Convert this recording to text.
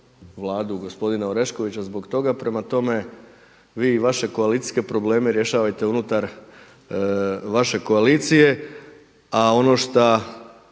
Vladu gospodina Oreškovića zbog toga. Prema tome, vi vaše koalicijske probleme rješavajte unutar vaše koalicije a ono šta